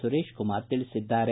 ಸುರೇಶ್ ಕುಮಾರ್ ತಿಳಿಸಿದ್ದಾರೆ